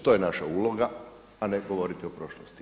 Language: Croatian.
To je naša uloga, a ne govoriti o prošlosti.